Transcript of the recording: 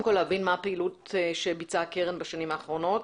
כל להבין מה הפעילות שביצעה הקרן בשנים האחרונות